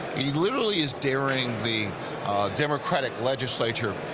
he literally is dareing the democratic legislature,